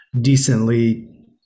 decently